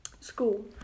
school